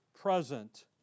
present